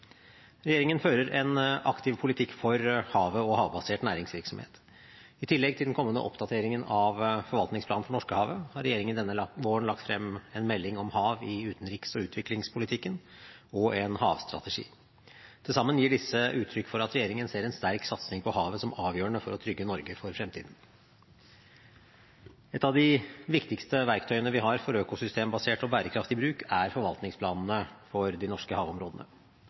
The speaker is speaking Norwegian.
Regjeringen fører en aktiv politikk for havet og havbasert næringsvirksomhet. I tillegg til den kommende oppdateringen av forvaltningsplanen for Norskehavet har regjeringen denne våren lagt frem en melding om hav i utenriks- og utviklingspolitikken og en havstrategi. Til sammen gir disse uttrykk for at regjeringen ser en sterk satsing på havet som avgjørende for å trygge Norge for fremtiden. Et av de viktigste verktøyene vi har for økosystembasert og bærekraftig bruk, er forvaltningsplanene for de norske havområdene.